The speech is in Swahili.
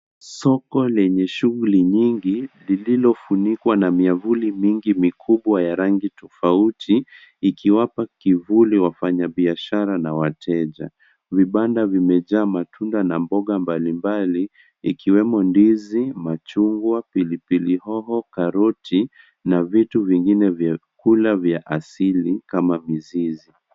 Soko lenye shughuli nyingi lililofunikwa na miavuli mingi mikubwa ya rangi tofauti ikiwapa kivuli wafanyabiashara na wateja. Vibanda vimejaa matunda na mboga mbalimbali ikiwemo ndizi, machungwa, pilipili hoho, karoti, na vitu vingine vya kula vya asili kama mizizi.